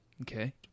Okay